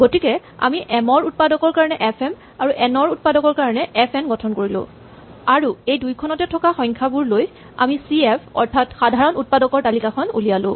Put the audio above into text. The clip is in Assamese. গতিকে আমি এম ৰ উৎপাদকৰ কাৰণে এফ এম আৰু এন ৰ উৎপাদকৰ কাৰণে এফ এন গঠন কৰিলো আৰু এই দুয়োখনতে থকা সংখ্যাবোৰ লৈ আমি চি এফ অৰ্থাৎ সাধাৰণ উৎপাদকৰ তালিকাখন উলিয়ালো